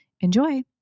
enjoy